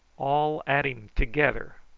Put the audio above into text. all at him together.